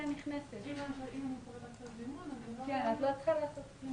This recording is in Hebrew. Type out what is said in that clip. אנחנו הרי רואים גם את הביקורת --- אבל לזה אני לא רוצה להיכנס.